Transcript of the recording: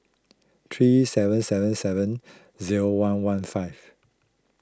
three seven seven seven zero one one five